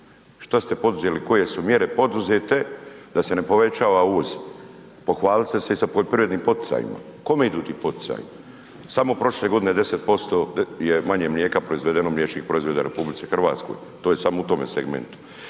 šta ste poduzeli, koje su mjere poduzete da se ne povećava uvoz? Pohvalili ste se i sa poljoprivrednim poticajima, kome idu ti poticaji? Samo prošle godine 10% je manje mlijeka proizvedeno, mliječnih proizvoda u RH, to je samo u tome segmentu.